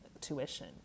tuition